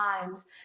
times